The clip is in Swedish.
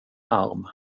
arm